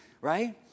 right